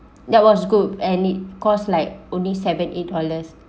that was good and it cost like only seven eight dollers